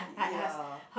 ya